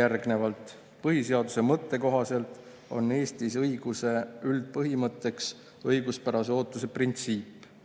järgnevalt. Põhiseaduse mõtte kohaselt on Eestis õiguse üldpõhimõtteks õiguspärase ootuse printsiip.